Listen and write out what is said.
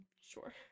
Sure